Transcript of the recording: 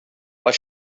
but